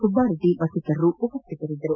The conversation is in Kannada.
ಸುಬ್ಬಾರೆಡ್ಡಿ ಮತ್ತಿತರರು ಉಪಸ್ಥಿತರಿದ್ದರು